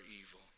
evil